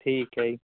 ਠੀਕ ਹੈ ਜੀ